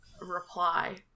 reply